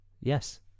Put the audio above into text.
Yes